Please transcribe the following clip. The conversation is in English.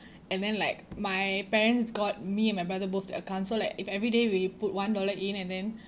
and then like my parents got me and my brother both the account so like if every day we put one dollar in and then